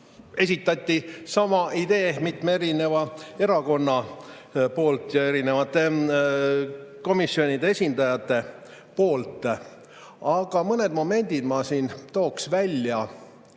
esitati sama idee mitme erakonna ja erinevate komisjonide esindajate poolt. Aga mõne momendi ma siin toon välja.